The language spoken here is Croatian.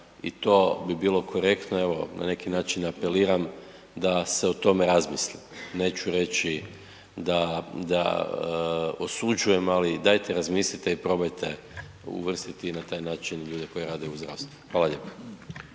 i to bi bilo korektno, evo, na neki način apeliram da se o tome razmisli. Neću reći da osuđujem, ali dajte razmislite i probajte uvrstiti i na taj način ljude koji rade u zdravstvu. Hvala lijepo.